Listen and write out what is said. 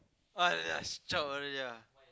!aiya! she zhao already ah